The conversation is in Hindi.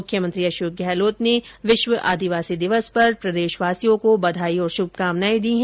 मुख्यमंत्री अशोक गहलोत ने विश्व आदिवासी दिवस पर प्रदेशवासियों को बधाई और शुभकामनाएं दी है